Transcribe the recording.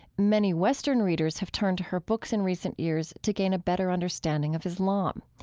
many western readers have turned to her books in recent years to gain a better understanding of islam.